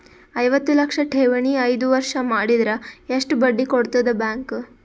ಐವತ್ತು ಲಕ್ಷ ಠೇವಣಿ ಐದು ವರ್ಷ ಮಾಡಿದರ ಎಷ್ಟ ಬಡ್ಡಿ ಕೊಡತದ ಬ್ಯಾಂಕ್?